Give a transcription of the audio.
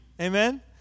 Amen